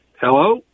Hello